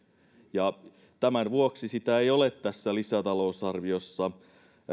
tämän vuoksi sitä ei ole tässä lisätalousarviossa